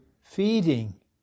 feeding